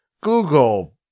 Google